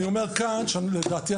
אני אומר שכאן לדעתי,